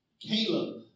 Caleb